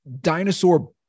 dinosaur